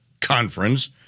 Conference